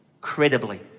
credibly